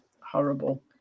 horrible